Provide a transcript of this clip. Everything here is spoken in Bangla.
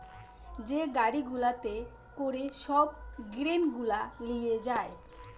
যে গাড়ি গুলাতে করে সব গ্রেন গুলা লিয়ে যায়